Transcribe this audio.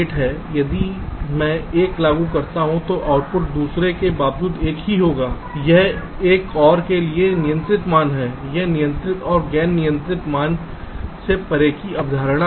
इसलिए यदि मैं 1 लागू करता हूं तो आउटपुट दूसरों के बावजूद 1 होगा यह एक OR के लिए एक नियंत्रित मान है यह नियंत्रण और गैर नियंत्रण मान से परे की अवधारणा है